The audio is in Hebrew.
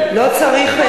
לא צריך,